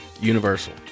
Universal